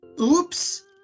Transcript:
Oops